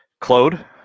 Claude